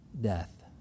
death